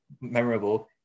Memorable